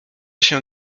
się